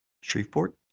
Shreveport